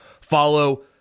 Follow